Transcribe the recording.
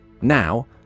Now